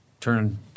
turn